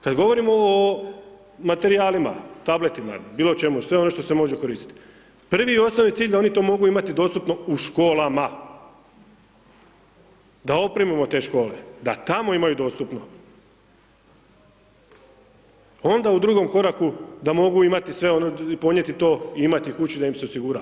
Kada govorimo o materijalima, tabletima, bilo čemu sve ono što se može koristiti, prvi i osnovni cilj da oni to mogu imati dostupno u školama, da opremimo te škole, da tamo imaju dostupno, onda u drugom koraku da mogu imati sve ono i ponijeti to i imati kući da im se osigura.